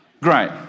Great